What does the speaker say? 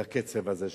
בקצב הזה,